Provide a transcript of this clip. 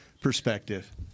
perspective